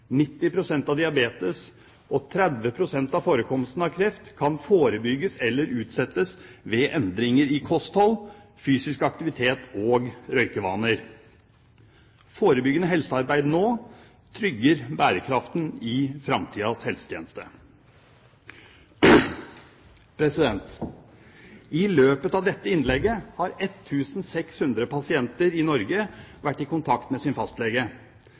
pst. av diabetes og 30 pst. av forekomsten av kreft kan forebygges eller utsettes med endringer i kosthold, fysisk aktivitet og røykevaner. Forebyggende helsearbeid nå trygger bærekraften i fremtidens helsetjeneste. I løpet av dette innlegget har 1 600 personer i Norge vært i kontakt med sin fastlege,